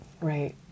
Right